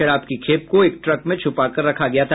शराब की खेप को एक ट्रक में छुपाकर रखा गया था